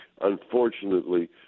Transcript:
unfortunately